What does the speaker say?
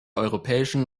europäischen